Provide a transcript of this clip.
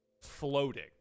floating